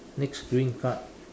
next green card